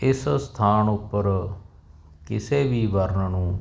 ਇਸ ਸਥਾਨ ਉੱਪਰ ਕਿਸੇ ਵੀ ਵਰਨ ਨੂੰ